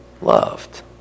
loved